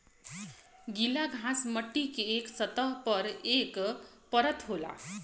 गीला घास मट्टी के सतह पर एक परत होला